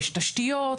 יש תשתיות,